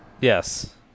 Yes